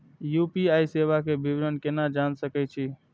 UPI सेवा के विवरण केना जान सके छी?